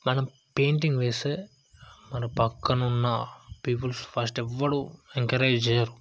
మనం పెయింటింగ్ వేస్తే మన పక్కనున్న పీపుల్స్ ఫస్ట్ ఎవ్వడు ఎంకరేజ్ చేయరు